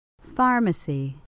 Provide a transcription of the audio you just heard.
Pharmacy